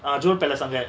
a jewel palace